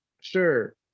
Sure